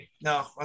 no